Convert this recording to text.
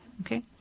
Okay